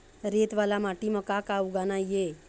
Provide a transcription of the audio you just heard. रेत वाला माटी म का का उगाना ये?